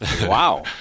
wow